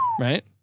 right